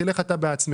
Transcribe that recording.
תלך אתה בעצמך,